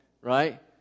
right